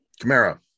Camara